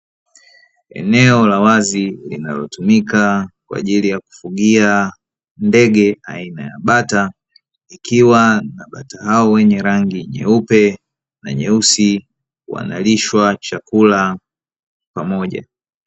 Eneo la wazi linalotumika kwa ajili ya kufugia ndege aina ya bata, ikiwa na bata hao wenye rangi nyeupe na nyeusi wanalishwa chakula pamoja.